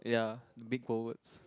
ya big bold words